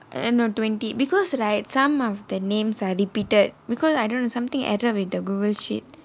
err no twenty because right err some of the names are repeated because I don't know something added with the Google sheet